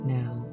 now